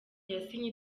yasinye